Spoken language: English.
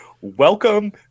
Welcome